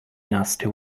nasty